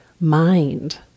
mind